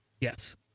Yes